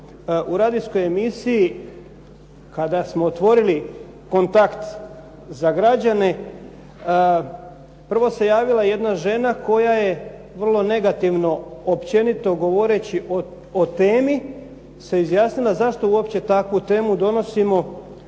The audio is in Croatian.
u radijskoj emisiji kada smo otvorili kontakt za građane, prvo se javila jedna žena koja je vrlo negativno općenito govoreći o temi se izjasnila zašto uopće takvu temu donosimo